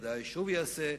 בוודאי הוא שוב יעשה,